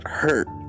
hurt